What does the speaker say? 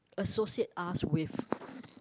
associate us with